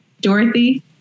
Dorothy